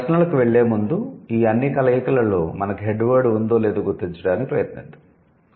మనం ప్రశ్నలకు వెళ్లేముందు ఈ అన్ని కలయికలలో మనకు 'హెడ్ వర్డ్' ఉందో లేదో గుర్తించడానికి ప్రయత్నిద్దాం